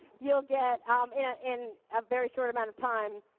you'll get um in ah in a very short amount of time,